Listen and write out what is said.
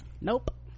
nope